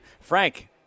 Frank